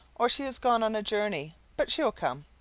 or she is gone on a journey, but she will come.